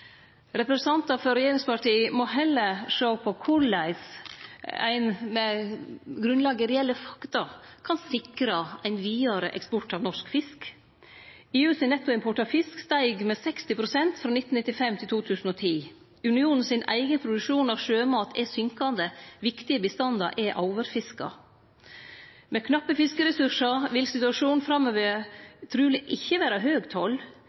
for regjeringspartia må heller sjå på korleis ein med grunnlag i reelle fakta kan sikre ein vidare eksport av norsk fisk. EUs nettoimport av fisk steig med 60 pst. frå 1995 til 2010. Unionens eigen produksjon av sjømat er fallande. Viktige bestandar har vorte overfiska. Med knappe fiskeressursar vil situasjonen framover truleg ikkje vere høg toll,